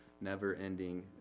never-ending